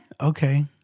Okay